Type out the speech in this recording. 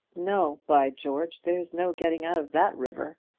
no, by george! there's no getting out of that river.